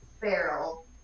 barrel